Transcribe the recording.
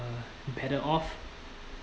uh paddle off